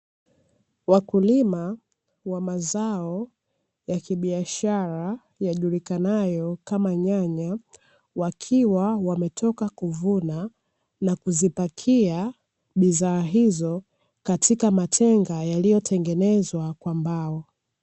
Wakulima wa mazao ya biashara yajulikanayo kama nyanya, wakiwa wametoka kuvuna na kuzipakia bidha hizo katika matenga yaliyotengenezwa kwa mbao.